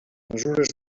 mesures